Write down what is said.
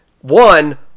one